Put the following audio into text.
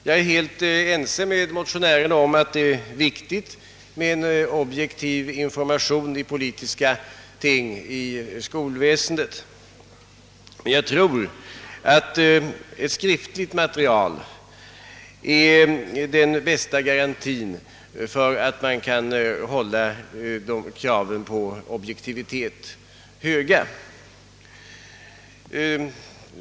Jag är helt ense med motionärerna om att det är viktigt med en objektiv information i politiska ting inom skolväsendet, men jag tror att ett skriftligt material är den bästa garantin för att kraven på objektivitet kan hållas höga.